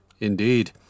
Indeed